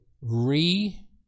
re